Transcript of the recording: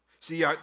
see